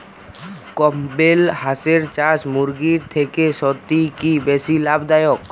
Campbell হাঁসের চাষ মুরগির থেকে সত্যিই কি বেশি লাভ দায়ক?